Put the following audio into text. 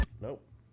nope